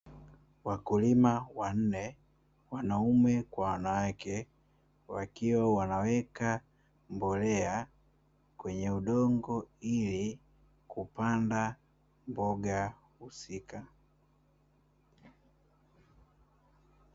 Wakulima wanne, wanaume kwa wanawake, wakiwa wanaweka mbolea kwenye udongo ili kupanda mboga husika.